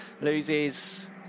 loses